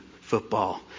football